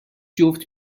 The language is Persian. جفت